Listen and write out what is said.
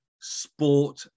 sport